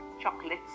chocolates